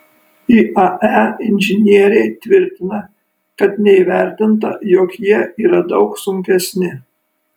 iae inžinieriai tvirtina kad neįvertinta jog jie yra daug sunkesni